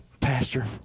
pastor